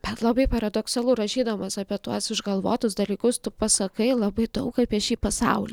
bet labai paradoksalu rašydamas apie tuos išgalvotus dalykus tu pasakai labai daug apie šį pasaulį